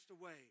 away